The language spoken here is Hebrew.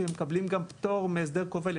כי הם מקבלים גם פטור מהסדר כובל,